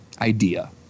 idea